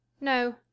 No